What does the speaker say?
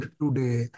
today